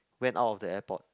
went out of the airport